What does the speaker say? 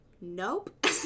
nope